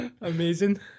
Amazing